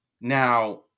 Now